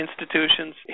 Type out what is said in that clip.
institutions